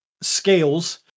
scales